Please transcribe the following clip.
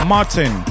Martin